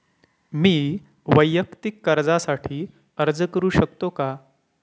मी वैयक्तिक कर्जासाठी अर्ज करू शकतो का?